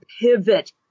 pivot